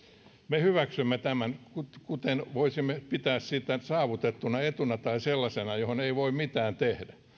me hyväksymme tämän kuin voisimme pitää sitä saavutettuna etuna tai sellaisena jolle ei voi mitään tehdä